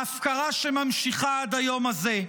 ההפקרה שממשיכה עד היום הזה.